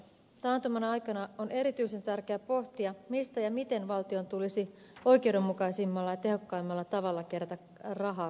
taantuman aikana on erityisen tärkeää pohtia mistä ja miten valtion tulisi oikeudenmukaisimmalla ja tehokkaimmalla tavalla kerätä rahaa kassaansa